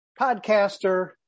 podcaster